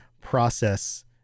process